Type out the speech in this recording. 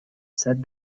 said